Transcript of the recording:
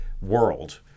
world